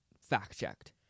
fact-checked